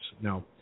Now